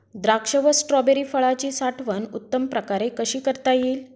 द्राक्ष व स्ट्रॉबेरी फळाची साठवण उत्तम प्रकारे कशी करता येईल?